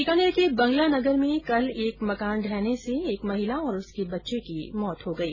बीकानेर के बंगला नगर में कल एक मकान ढहने से एक महिला और उसके बच्चे की मौत हो गई